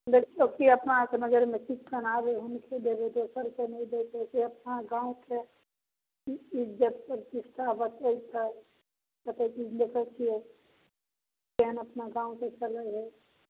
देखिऔ जे अपना आओरके नजरिमे ठीकसन आबै हुनके देबै दोसरके नहि दैके छै जे अपना गामके इज्जत प्रतिष्ठा बचेतै कतेक चीज देखे छिए केहन अपना गामके चलै हइ